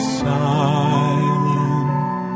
silent